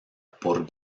por